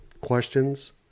questions